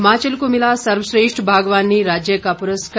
हिमाचल को मिला सर्वश्रेष्ठ बागवानी राज्य का पुरस्कार